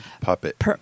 puppet